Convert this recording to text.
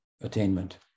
attainment